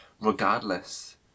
Regardless